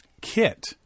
kit